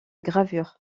gravure